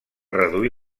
reduir